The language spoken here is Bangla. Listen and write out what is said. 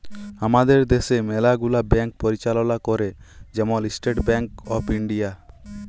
আমাদের দ্যাশে ম্যালা গুলা ব্যাংক পরিচাললা ক্যরে, যেমল ইস্টেট ব্যাংক অফ ইলডিয়া